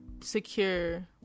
secure